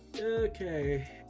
Okay